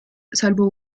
salvo